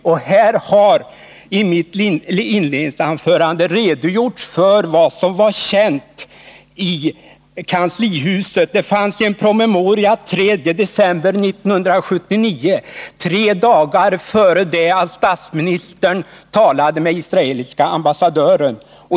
Jag har i mitt inledningsanförande redogjort för vad som var känt i kanslihuset. Det finns en promemoria daterad den 3 december 1979, tre dagar före det att statsministern talade med israeliske ambassadören.